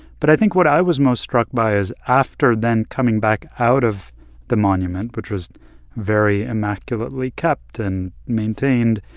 but i think what i was most struck by is after then coming back out of the monument, which was very immaculately kept and maintained,